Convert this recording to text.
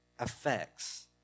affects